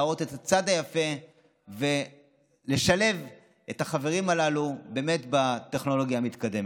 להראות את הצד היפה ולשלב את החברים הללו בטכנולוגיה המתקדמת.